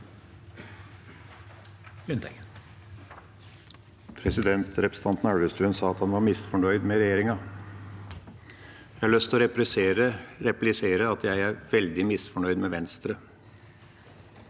Representan- ten Elvestuen sa at han var misfornøyd med regjeringa. Jeg har lyst til å replisere at jeg er veldig misfornøyd med Venstre.